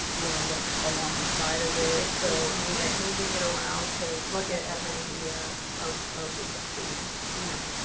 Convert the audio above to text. you want to look along the side of it, so like moving it around to look at an idea of of exactly you know,